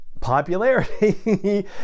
popularity